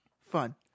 Fun